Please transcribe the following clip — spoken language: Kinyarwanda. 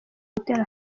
gutera